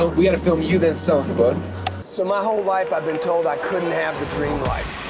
ah we gotta film you that's selling the book so my whole life i've been told i couldn't have the dream life.